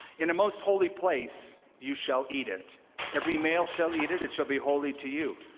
in a most holy place you shall eat it every male shall eat it. it shall be holy to you.